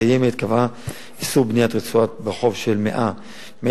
הקיימת קבעה איסור בניית רצועה ברוחב של 100 מטר,